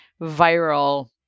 viral